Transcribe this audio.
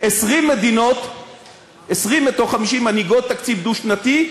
20 מדינות מתוך 50 מנהיגות תקציב דו-שנתי.